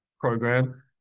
program